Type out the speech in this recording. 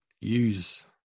use